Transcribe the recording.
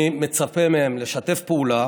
אני מצפה מהם לשתף פעולה